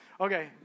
Okay